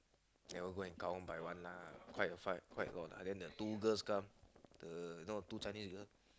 never go and count by one lah quite a fight quite a lot lah but then the two girls come the know the two Chinese girl